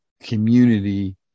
community